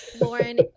Lauren